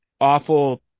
awful